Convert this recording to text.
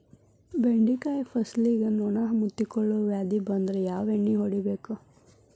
ಬೆಂಡೆಕಾಯ ಫಸಲಿಗೆ ನೊಣ ಮುತ್ತಿಕೊಳ್ಳುವ ವ್ಯಾಧಿ ಬಂದ್ರ ಯಾವ ಎಣ್ಣಿ ಹೊಡಿಯಬೇಕು?